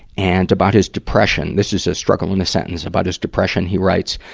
and about his depression this is a struggle in a sentence about his depression, he writes,